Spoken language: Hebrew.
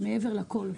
מעבר לכל.